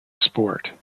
sport